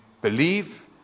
believe